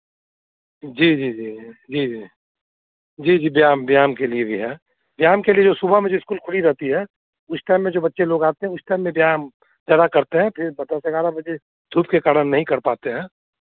जी जी जी जी जी जी जी व्यायाम व्यायाम के लिए भी है व्यायाम के लिए जो सुबह में जो इस्कूल खुली रहती है उस टाइम में जो बच्चे लोग आते हैं उस टाइम में व्यायाम ज़्यादा करते हैं फिर दस ग्यारह बजे धूप के कारण नहीं कर पाते हैं